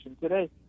today